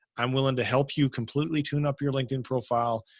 i'm willing to help you completely tune up your linkedin profile.